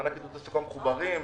מחוברים.